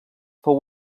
fou